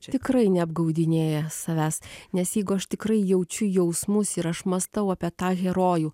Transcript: čia tikrai neapgaudinėja savęs nes jeigu aš tikrai jaučiu jausmus ir aš mąstau apie tą herojų